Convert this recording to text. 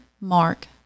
Mark